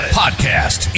podcast